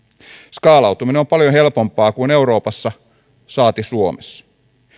skaalautuminen on paljon helpompaa kuin euroopassa saati suomessa